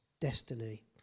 destiny